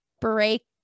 break